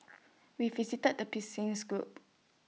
we visited the Persians group